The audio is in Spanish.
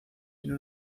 vino